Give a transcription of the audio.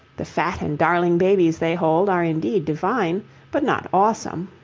the fat and darling babies they hold are indeed divine but not awesome.